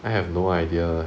I have no idea